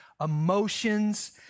emotions